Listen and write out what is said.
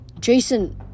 Jason